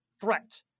threat